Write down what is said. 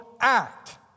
act